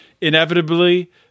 inevitably